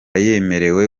yemerewe